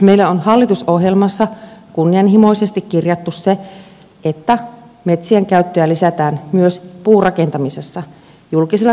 meillä on hallitusohjelmassa kunnianhimoisesti kirjattu se että metsien käyttöä lisätään myös puurakentamisessa julkisella sektorilla muun muassa